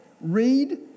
read